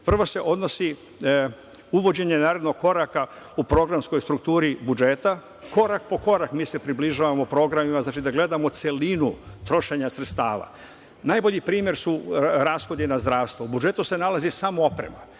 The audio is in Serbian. prvo se odnosi na uvođenje narednog koraka u programskoj strukturi budžeta. Korak po korak mi se približavamo programima, znači, da gledamo celinu trošenja sredstava. Najbolji primer su rashodi na zdravstvo. U budžetu se nalazi samo oprema.